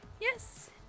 Yes